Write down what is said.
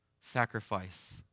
sacrifice